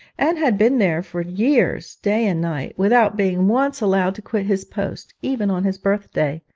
and had been there for years day and night, without being once allowed to quit his post even on his birthday.